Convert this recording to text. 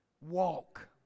walk